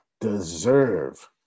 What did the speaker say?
deserve